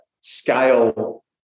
scale